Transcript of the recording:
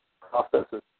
processes